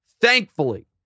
Thankfully